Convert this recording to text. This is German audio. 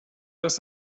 dass